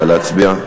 נא להצביע.